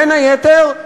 בין היתר,